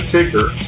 Ticker